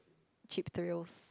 cheap thrills